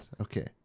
Okay